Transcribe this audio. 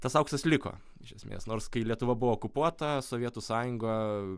tas auksas liko iš esmės nors kai lietuva buvo okupuota sovietų sąjunga